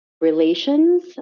relations